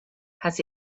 has